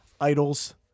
Idols